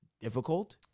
difficult